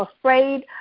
afraid